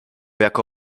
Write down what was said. jako